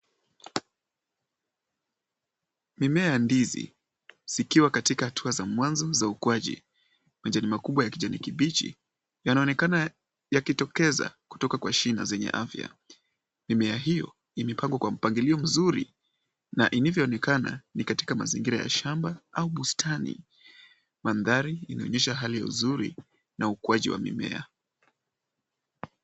Mimea ya ndizi. Zikiwa katika hatua za mwanzo za ukuaji. Majani makubwa ya kijani kibichi yana onekana yakitokeza kutoka kwa shina zenye afya. Nimeya hiyo imepangwa kwa mpangilio mzuri na inavyo onekana ni katika mazingira ya shamba au bustani. Mandhari inaonyesha hali ya uzuri na ukuaji wa mimea.